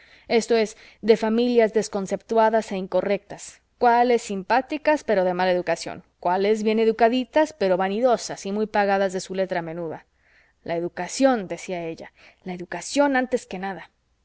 esto es de familias desconceptuadas e incorrectas cuales simpáticas pero de mala educación cuales bien educaditas pero vanidosas y muy pagadas de su letra menuda la educación decía la educación antes que nada